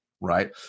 right